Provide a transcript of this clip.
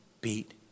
beat